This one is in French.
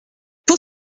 pour